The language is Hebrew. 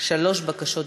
שלוש בקשות דיבור.